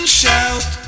shout